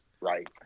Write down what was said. right